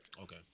Okay